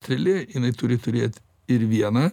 strėlė jinai turi turėt ir viena